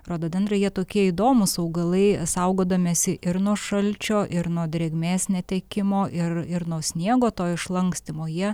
rododendrai jie tokie įdomūs augalai saugodamiesi ir nuo šalčio ir nuo drėgmės netekimo ir ir nuo sniego to išlankstymo jie